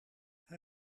hij